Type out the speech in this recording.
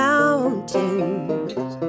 Mountains